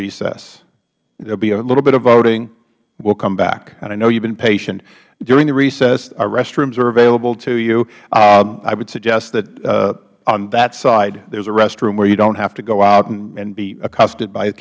recess there will be a little bit of voting we will come back and i know you have been patient during the recess our restrooms are available to you i would suggest that on that side there is a restroom where you don't have to go out and be accosted by the